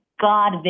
God